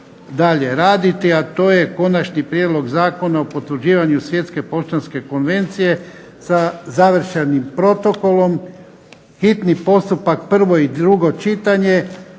dalje raditi, a to je 8. Prijedlog Zakona o potvrđivanju Svjetske poštanske konvencije sa završnim protokolom, s Konačnim prijedlogom zakona,